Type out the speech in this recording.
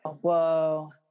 Whoa